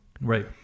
Right